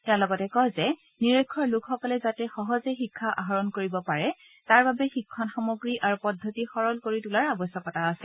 তেওঁ লগতে কয় যে নিৰক্ষৰ লোকসকলে যাতে সহজেই শিক্ষা আহৰণ কৰিব পাৰে তাৰ বাবে শিক্ষণ সামগ্ৰী আৰু পদ্ধতি সৰল কৰি তোলাৰ আৱশ্যকতা আছে